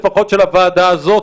לפחות של הוועדה הזאת,